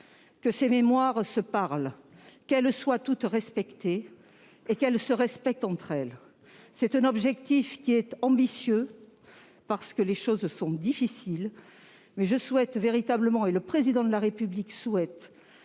que ces mémoires se parlent, qu'elles soient toutes respectées et qu'elles se respectent entre elles. C'est un objectif ambitieux, et le chemin est difficile, mais je souhaite véritablement, tout comme le Président de la République, que